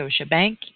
Scotiabank